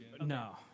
No